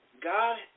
God